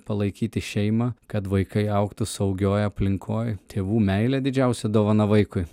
palaikyti šeimą kad vaikai augtų saugioj aplinkoj tėvų meilė didžiausia dovana vaikui